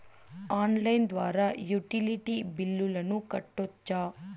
Online ద్వారా utility బిల్లులను కట్టొచ్చా?